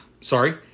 sorry